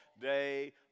day